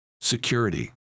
security